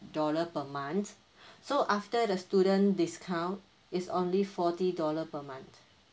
dollar per month so after the student discount is only forty dollar per month